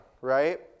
right